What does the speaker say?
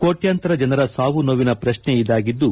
ಕೋಟ್ಟಂತರ ಜನರ ಸಾವು ನೋವಿನ ಪ್ರಶ್ನೆ ಇದಾಗಿದ್ದು